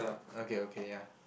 okay okay ya